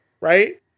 Right